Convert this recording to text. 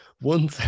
one